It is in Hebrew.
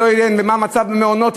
ומה מצב המעונות,